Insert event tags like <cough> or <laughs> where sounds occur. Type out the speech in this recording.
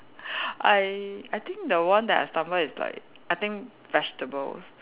<laughs> I I think the one that I stumble is like I think vegetables